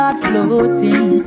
floating